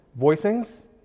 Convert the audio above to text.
Voicings